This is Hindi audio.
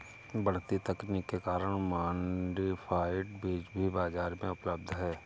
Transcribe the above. बढ़ती तकनीक के कारण मॉडिफाइड बीज भी बाजार में उपलब्ध है